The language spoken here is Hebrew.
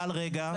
אבל רגע,